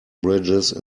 bridges